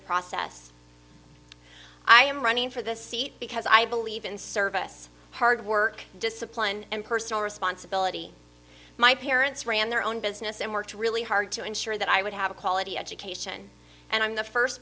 process i am running for this seat because i believe in service hard work discipline and personal responsibility my parents ran their own business and worked really hard to ensure that i would have a quality education and i'm the first